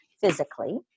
physically